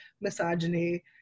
misogyny